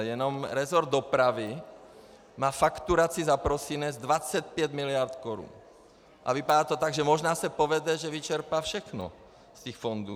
Jenom resort dopravy má fakturaci za prosinec 25 mld. korun a vypadá to tak, že se možná povede, že vyčerpá všechno z těch fondů.